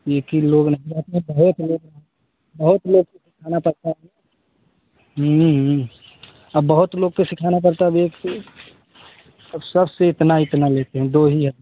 एक ही लोग नहीं आते बहुत लोग बहुत लोग खाना अब बहुत लोग के सीखाना पड़ता भी है एक त ई अब सब से इतना इतना लेते हैं दो ही ह